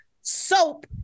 soap